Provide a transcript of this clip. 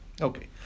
Okay